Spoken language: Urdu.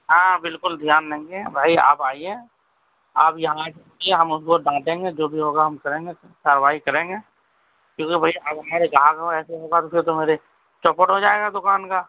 ہاں بالکل دھیان دیں گے بھائی آپ آئیے آپ یہاں کہ ہم اس کو ڈانٹیں گے جو بھی ہوگا ہم کریں گے کاروائی کریں گے کیونکہ بھئی اب ہمارے گاہک تو میری چوپٹ ہو جائے گا دکان کا